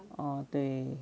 哦对